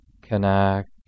connect